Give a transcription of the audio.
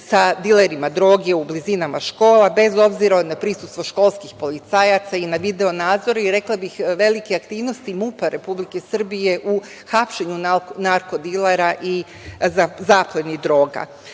sa dilerima droge u blizinama škola, bez obzira na prisustvo školskih policajaca i na video nadzor i rekla bih velike aktivnosti MUP-a Republike Srbije u hapšenju narko dilera i zaplenjenih